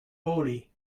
olie